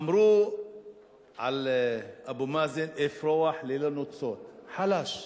אמרו על אבו מאזן: אפרוח ללא נוצות, חלש.